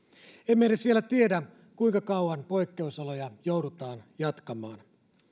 emme edes vielä tiedä kuinka kauan poikkeusoloja joudutaan jatkamaan